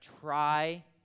try